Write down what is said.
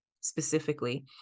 specifically